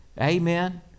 Amen